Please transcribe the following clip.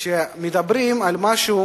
כשמדברים על משהו